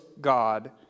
God